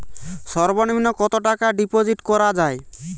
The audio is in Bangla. সর্ব নিম্ন কতটাকা ডিপোজিট করা য়ায়?